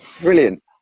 Brilliant